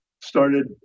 started